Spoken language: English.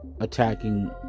attacking